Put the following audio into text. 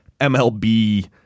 MLB